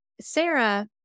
Sarah